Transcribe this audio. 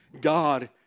God